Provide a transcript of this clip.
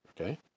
Okay